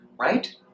right